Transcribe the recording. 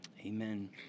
Amen